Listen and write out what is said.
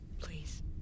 Please